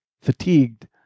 fatigued